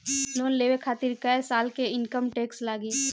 Loan लेवे खातिर कै साल के इनकम टैक्स लागी?